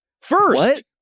First